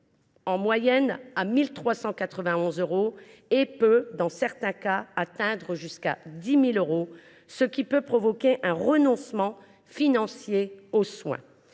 en moyenne à 1 391 euros et peuvent, dans certains cas, atteindre 10 000 euros et provoquer un renoncement financier aux soins.